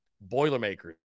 Boilermakers